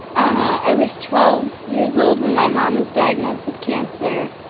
i was twelve years old when my mom was diagnosed with cancer.